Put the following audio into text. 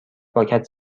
پاکت